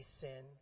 sin